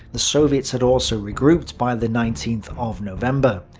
the soviets had also regrouped by the nineteenth of november.